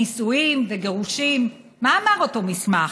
נישואים וגירושים, מה אמר אותו מסמך?